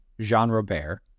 Jean-Robert